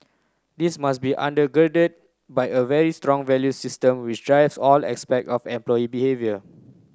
this must be under by girded a very strong values system which drives all aspect of employee behaviour